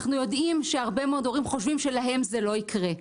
אנחנו יודעים שהרבה מאוד הורים חושבים שלהם זה לא יקרה.